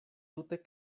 tute